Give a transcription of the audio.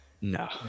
No